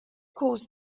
caused